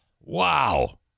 Wow